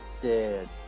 dead